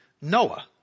Noah